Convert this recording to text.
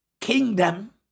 kingdom